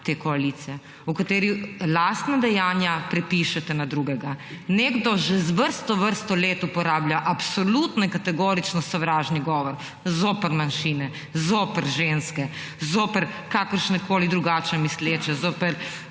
te koalicije, v kateri lastna dejanja prepišete na drugega. nekdo že vrsto, vrsto let uporablja absolutno, kategorično sovražni govor zoper manjšine, zoper ženske, zoper kakršnekoli drugače misleče, zoper